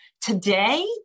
Today